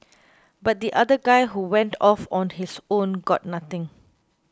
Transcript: but the other guy who went off on his own got nothing